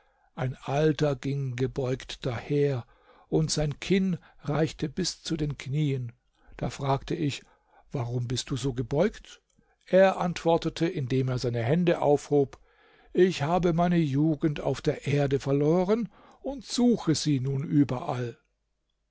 ein alter ging gebeugt daher und sein kinn reichte bis zu den knien da fragte ich warum bist du so gebeugt er antwortete indem er seine hände aufhob ich habe meine jugend auf der erde verloren und ich suche sie nun überall